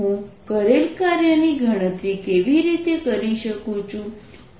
હું કરેલ કાર્યની ગણતરી કેવી રીતે કરી શકું